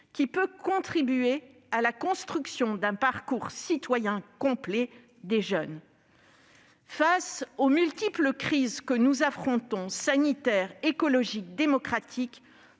qui peut contribuer à la construction d'un parcours citoyen complet des jeunes. Face aux multiples crises que nous affrontons- sanitaire, écologique, démocratique